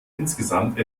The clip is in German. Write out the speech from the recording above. insgesamt